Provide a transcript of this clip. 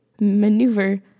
maneuver